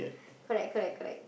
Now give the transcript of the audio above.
correct correct correct